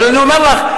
אבל אני אומר לך,